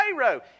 Pharaoh